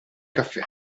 caffè